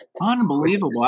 Unbelievable